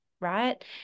right